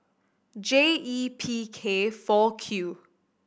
J E P K four Q